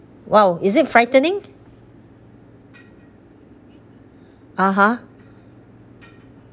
!wow! is it frightening (uh huh)